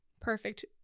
perfect